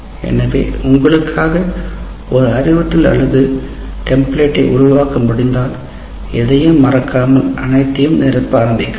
எனவே உங்களுக்காக ஒரு அறிவுறுத்தல் அலகு டெம்ப்ளேட்டை உருவாக்க முடிந்தால் எதையும் மறக்காமல் அனைத்தையும் நிரப்ப ஆரம்பிக்கலாம்